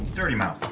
dirty mouth.